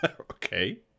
okay